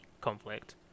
conflict